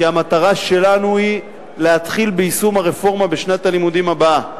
כי המטרה שלנו היא להתחיל ביישום הרפורמה בשנת הלימודים הבאה.